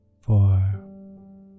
four